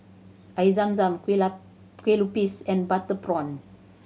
Air Zam Zam kueh Kueh Lupis and butter prawn